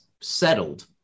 settled